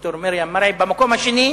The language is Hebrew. ד"ר מרים מרעי במקום השני,